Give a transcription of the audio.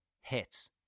hits